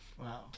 wow